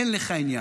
אין לך עניין.